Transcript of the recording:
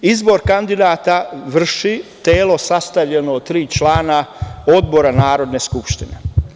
Izbor kandidata vrši telo sastavljeno od tri člana odbora Narodne skupštine.